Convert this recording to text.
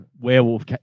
werewolf